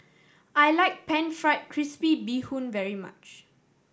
I like Pan Fried Crispy Bee Hoon very much